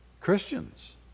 Christians